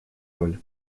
роль